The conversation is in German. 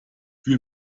wir